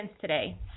today